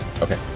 Okay